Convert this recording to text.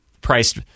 priced